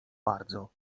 bardzo